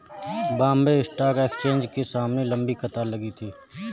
Bombay stock exchange के सामने लंबी कतार लगी थी